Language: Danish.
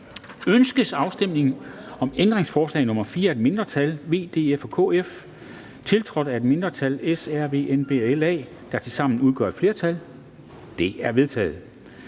Ønskes afstemning om ændringsforslag nr. 4 af et mindretal (V, DF og KF), tiltrådt af et mindretal (S, RV, NB og LA), der tilsammen udgør et flertal? Det er vedtaget.